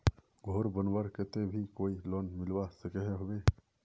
घोर बनवार केते भी कोई लोन मिलवा सकोहो होबे?